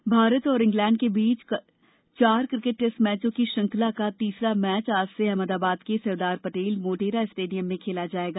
cricket Bharat और England के बीच चार क्रिकेट टेस्ट मैचों की श्रृंखला का तीसरा मैच आज से अहमदाबाद के सरदार पटेल मोटेरा स्टेडियम में खेला जायेगा